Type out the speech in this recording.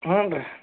ಹ್ಞೂ ರೀ